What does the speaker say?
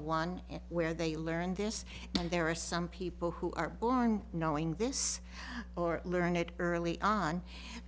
one where they learn this and there are some people who are born knowing this or learned early on